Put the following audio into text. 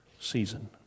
season